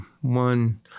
one